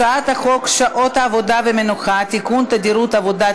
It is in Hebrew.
הצעת חוק הכרה באדם התלוי לחלוטין בעזרת